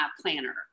planner